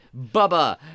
Bubba